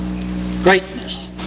greatness